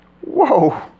Whoa